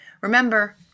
Remember